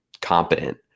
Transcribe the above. competent